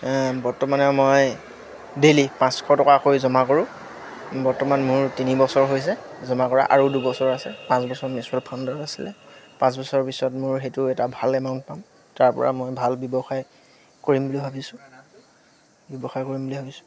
বৰ্তমানে মই ডেইলি পাঁচশ টকাকৈ জমা কৰোঁ বৰ্তমান মোৰ তিনি বছৰ হৈছে জমা কৰা আৰু দুবছৰ আছে পাঁচ বছৰ মিউচুৱেল ফাণ্ডত আছিলে পাঁচ বছৰ পিছত মোৰ সেইটো এটা ভাল এমাউণ্ট পাম তাৰপৰা মই ভাল ব্যৱসায় কৰিম বুলি ভাবিছোঁ ব্যৱসায় কৰিম বুলি ভাবিছোঁ